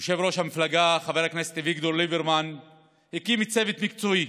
יושב-ראש המפלגה חבר הכנסת אביגדור ליברמן הקים צוות מקצועי